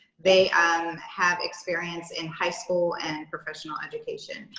they um have experience in high school and professional education.